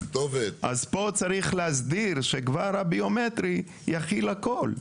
אז פה צריך להסדיר שכבר הביומטרי יכיל הכול.